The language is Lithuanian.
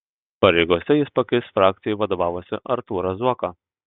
pareigose jis pakeis frakcijai vadovavusį artūrą zuoką